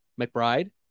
McBride